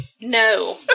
no